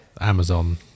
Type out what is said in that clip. Amazon